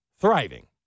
thriving